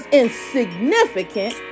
insignificant